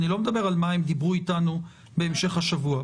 אני לא מדבר על מה הם דיברו איתנו בהמשך השבוע.